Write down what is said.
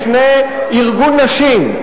בפני ארגון נשים.